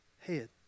head